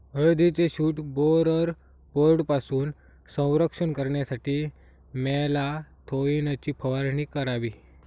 हळदीचे shoot borer बोर्डपासून संरक्षण करण्यासाठी मॅलाथोईनची फवारणी करावी